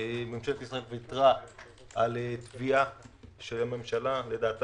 ממשלת ישראל ויתרה על תביעה של הממשלה לדעתי